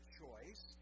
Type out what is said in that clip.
choice